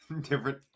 Different